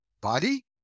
body